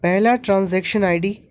پہلا transaction I D